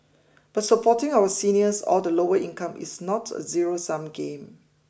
but supporting our seniors or the lower income is not a zero sum game